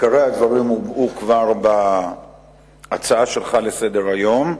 עיקרי הדברים הובעו כבר בהצעה שלך לסדר-היום,